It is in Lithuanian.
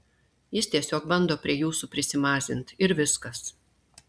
jis tiesiog bando prie jūsų prisimazint ir viskas